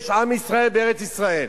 יש עם ישראל בארץ-ישראל.